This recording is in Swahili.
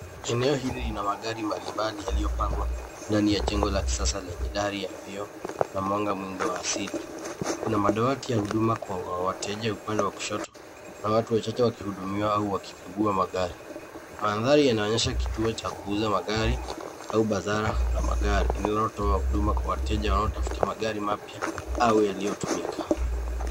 Eneo hili lina magari mbalimbali yaliyopangwa ndani ya jengo la kisasa lenye dari ya vioo na mwanga mwingi wa asili. Kuna madawati ya huduma kwa wateja upande wa kushoto na watu wachache wakihudumiwa au wakikagua magari. Mandhari yanaonyesha kituo cha kuuza magari au bazaar la magari lililotoa huduma kwa wateja au watafuta magari mapya au yaliyotumika.